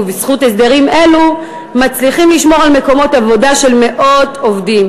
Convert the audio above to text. ובזכות הסדרים אלו מצליחים לשמור על מקומות עבודה של מאות עובדים.